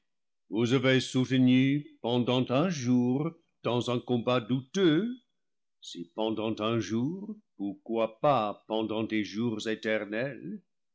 vous avez sou tenu pendant un jour dans un combat douteux si pendant un jour pourquoi pas pendant des jours éternels